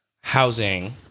housing